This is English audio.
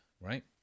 right